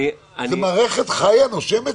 זאת מערכת חיה, נושמת פוליטית.